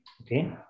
okay